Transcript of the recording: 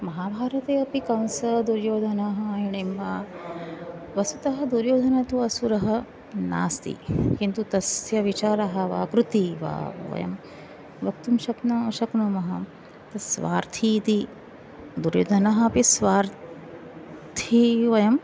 महाभारते अपि कंसदुर्योधनः हिडिम्बः वस्तुतः दुर्योधनः तु असुरः नास्ति किन्तु तस्य विचारः वा कृतिः वा वयं वक्तुं शक्नुमः शक्नुमः तत् स्वार्थी इति दुर्योधनः अपि स्वार्थी वयं